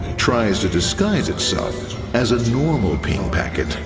tries to disguise itself as a normal ping packet.